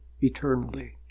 eternally